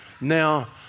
Now